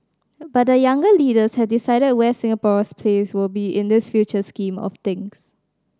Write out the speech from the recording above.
but the younger leaders have to decide where Singapore's place will be in this future scheme of things